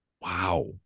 Wow